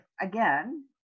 again